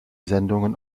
sendungen